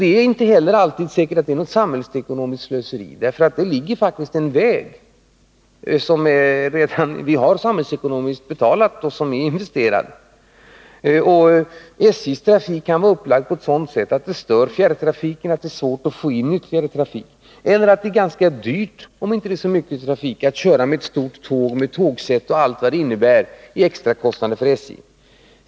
Det är inte heller alltid säkert att det är något samhällsekonomiskt slöseri, för det ligger faktiskt en väg som är finansierad med samhällsekonomiska investeringar. SJ:s trafik kan vara upplagd på ett sådant sätt att det är svårt att få in ytterligare trafik utan att störa fjärrtrafiken, eller att det är ganska dyrt — om det inte är så mycket trafik — att köra med ett stort tågsätt och allt vad det innebär i extrakostnader för SJ.